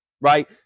Right